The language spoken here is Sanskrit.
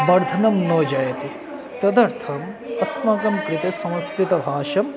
वर्धनं न जायते तदर्थम् अस्माकं कृते संस्कृतभाषा